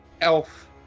elf